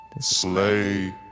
Slay